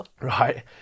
Right